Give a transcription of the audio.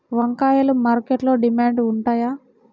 వంకాయలు మార్కెట్లో డిమాండ్ ఉంటాయా?